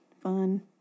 fun